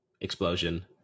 explosion